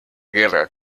guerra